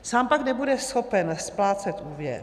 Sám pak nebude schopen splácet úvěr.